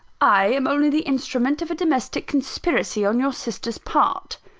i am only the instrument of a domestic conspiracy on your sister's part.